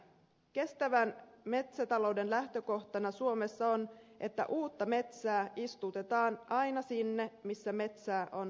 kestävän metsätalouden lähtökohtana suomessa on että uutta metsää istutetaan aina sinne missä metsää on hakattu